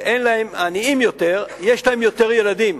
העניים יותר, יש להם יותר ילדים.